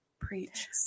Preach